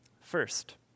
First